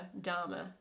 Dharma